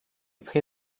prit